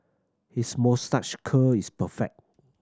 his moustache curl is perfect